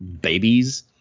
babies